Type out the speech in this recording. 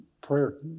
prayer